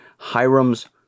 Hiram's